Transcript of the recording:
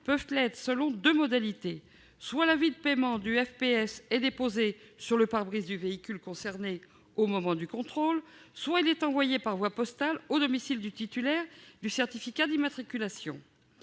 peuvent l'être selon deux modalités. Soit l'avis de paiement du FPS est déposé sur le pare-brise du véhicule concerné au moment du contrôle, soit il est envoyé par voie postale au domicile du titulaire du certificat d'immatriculation.